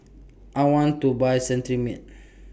I want to Buy Cetrimide